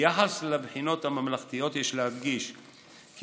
ביחס לבחינות הממלכתיות יש להדגיש כי